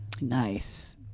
Nice